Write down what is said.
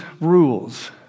rules